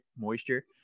moisture